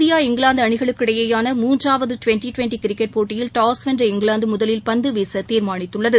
India England அணிகளுக்கு இடையேயான மூன்றாவது டுவெண்ட்டி டுவெண்டி கிரிக்கெட் போட்டியில் டாஸ் வென்ற இங்கிலாந்து முதலில் பந்து வீச தீர்மானித்தது